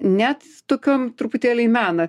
net tokiom truputėlį į meną